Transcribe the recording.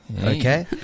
Okay